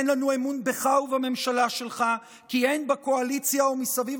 אין לנו אמון בך ובממשלה שלך כי אין בקואליציה ומסביב